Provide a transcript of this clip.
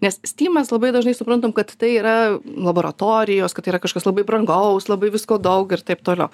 nes stymas labai dažnai suprantam kad tai yra laboratorijos kad tai yra kažkas labai brangaus labai visko daug ir taip toliau